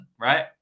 right